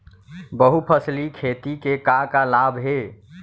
बहुफसली खेती के का का लाभ हे?